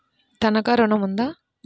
తనఖా ఋణం ఉందా?